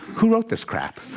who wrote this crap?